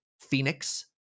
phoenix